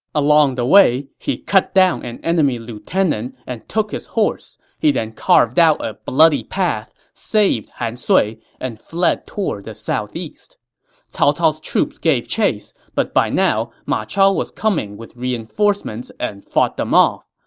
along the way, he cut down an enemy lieutenant and took his horse. he then carved out a bloody path, rescued han sui, and fled toward the southeast cao cao's troops gave chase, but by now, ma chao was coming with reinforcements and fought them off.